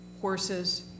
horses